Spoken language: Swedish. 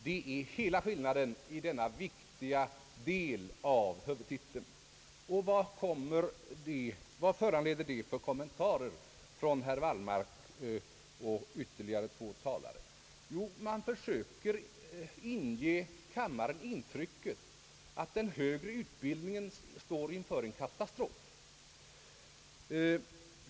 Det är hela skillnaden i denna viktiga del av huvudtiteln. Vad föranleder det för kommentarer från herr Wallmark och två andra talare? Jo, man försöker inge kammaren intrycket att den högre utbildningen står inför en katastrof.